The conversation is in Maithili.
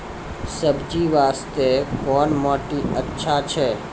सब्जी बास्ते कोन माटी अचछा छै?